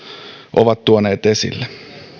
ovat tuoneet esille